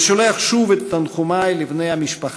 ושולח שוב את תנחומי לבני המשפחה.